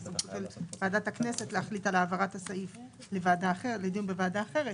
זו סמכות של ועדת הכנסת להחליט על העברת הסעיף לדיון בוועדה אחרת.